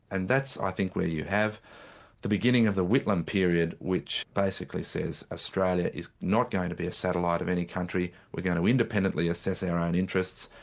and that's i think where you have the beginning of the whitlam period which basically says australia is not going to be a satellite of any country, we're going to independently assess our own interests,